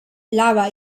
lava